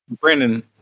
Brandon